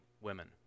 women